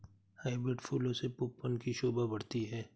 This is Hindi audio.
हाइब्रिड फूलों से उपवन की शोभा बढ़ती है